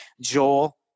Joel